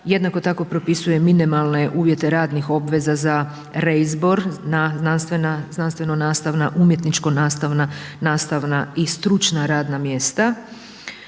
jednako tako propisuje minimalne uvjete radnih obveza za reizbor na znanstveno nastavna, umjetničko nastavna, nastavna i stručna radna mjesta.